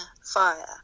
fire